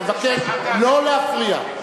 אבקש לא להפריע.